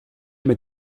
mit